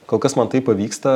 kol kas man tai pavyksta